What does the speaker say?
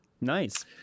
Nice